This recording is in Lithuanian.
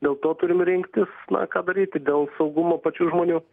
dėl to turim rinktis na ką daryti dėl saugumo pačių žmonių